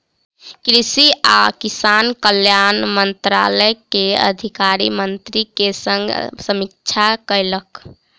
कृषि आ किसान कल्याण मंत्रालय के अधिकारी मंत्री के संग समीक्षा कयलक